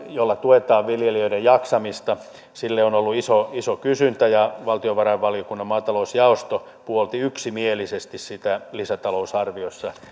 jolla tuetaan viljelijöiden jaksamista sille on ollut iso iso kysyntä ja valtiovarainvaliokunnan maatalousjaosto puolsi yksimielisesti sitä lisätalousarviossa